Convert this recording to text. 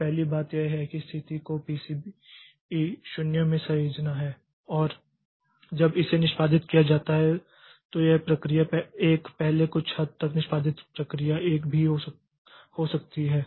तो पहली बात यह है कि स्थिति को पीसीबी 0 में सहेजना है और जब इसे निष्पादित किया जाता है तो यह प्रक्रिया 1 पहले कुछ हद तक निष्पादित प्रक्रिया 1 भी हो सकती है